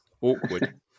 Awkward